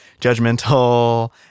judgmental